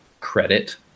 credit